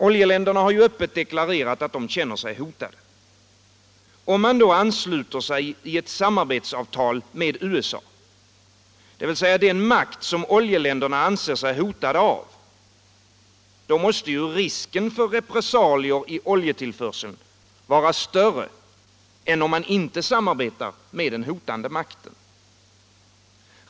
Oljeländerna har öppet deklarerat att de känner sig hotade. Om man då ansluter sig till ett samarbetsavtal med USA, dvs. den makt som oljeländerna anser sig hotade av, då måste ju risken för repressalier i oljetillförseln vara större än om man inte samarbetar med den hotande makten.